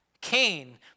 Cain